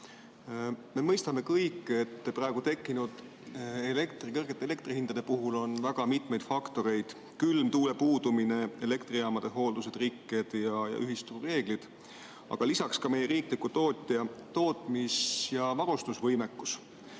Me mõistame kõik, et praegu tekkinud kõrgete elektrihindade puhul on väga mitmeid faktoreid: külm, tuule puudumine, elektrijaamade hooldused, rikked ja ühisturu reeglid, aga lisaks ka meie riikliku tootja tootmis- ja varustusvõimekus.